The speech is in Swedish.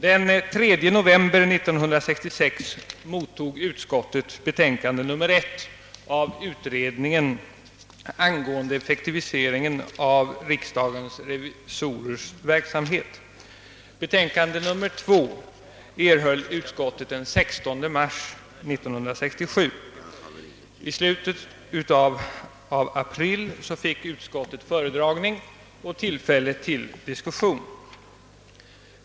Den 3 november 1966 mottog utskottet betänkande nr 1 av utredningen angående effektivisering av riksdagens revisorers verksamhet. Betänkandet nr 2 erhöll utskottet den 16 mars 1967. I slutet av april fick utskottet föredragning och tillfälle till. diskussion.